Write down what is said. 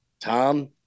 Tom